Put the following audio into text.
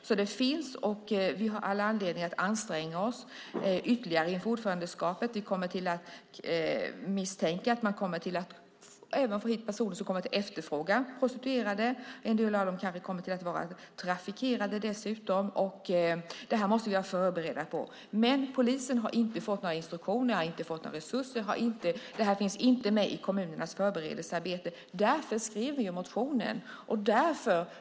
Detta finns och vi har all anledning att anstränga oss ytterligare inför ordförandeskapet. Jag misstänker att vi även kommer att få hit personer som kommer att efterfråga prostituerade. En del av dem kommer kanske dessutom att vara "traffickerade". Det måste vi vara förberedda på. Men polisen har inte fått några instruktioner. De har inte fått några resurser. Det här finns inte med i kommunernas förberedelsearbete. Därför skrev vi motionen.